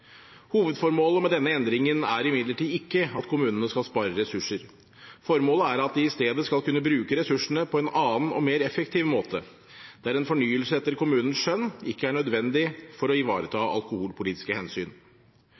Hovedformålet med denne endringen er imidlertid ikke at kommunene skal spare ressurser. Formålet er at de i stedet skal kunne bruke ressursene på en annen og mer effektiv måte, der en fornyelse etter kommunens skjønn ikke er nødvendig for å ivareta alkoholpolitiske hensyn.